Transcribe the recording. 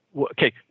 Okay